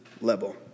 level